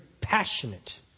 passionate